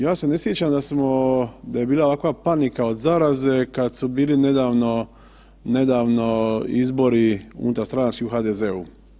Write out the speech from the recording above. Ja se ne sjećam da smo, da je bila ovakva panika od zaraze kad su bili nedavno izbori unutarstranački u HDZ-u.